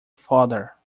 father